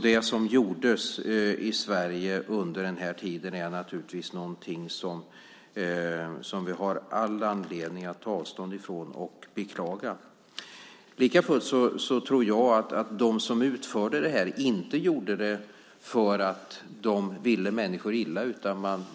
Det som gjordes i Sverige under den här tiden är naturligtvis någonting som vi har all anledning att ta avstånd ifrån och beklaga. Likafullt tror jag att de som utförde det här inte gjorde det för att de ville människor illa.